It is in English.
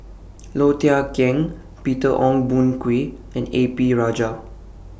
Low Thia Khiang Peter Ong Boon Kwee and A P Rajah